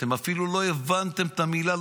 אתם אפילו לא הבנתם את המילה,